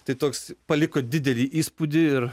tai toks paliko didelį įspūdį ir